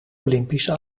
olympische